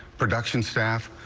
production staff,